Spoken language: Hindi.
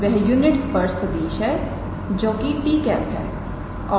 तोमैंने यहां पर पिछली स्लाइड से नतीजों की नकल उतराते हुए छोटी सी त्रुटियों को किया है